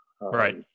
Right